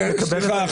סליחה,